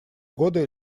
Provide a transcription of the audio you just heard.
годы